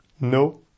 No